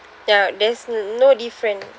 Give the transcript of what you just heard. ya there's no different